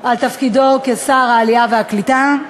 על תפקידו כשר העלייה והקליטה.